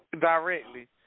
directly